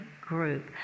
group